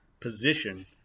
position